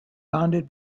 bounded